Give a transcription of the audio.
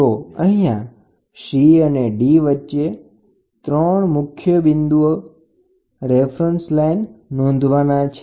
તો અહીંયા C અને D વચ્ચે 3 મુખ્ય બિંદુ નોંધવાના છે